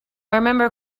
remember